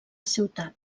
ciutat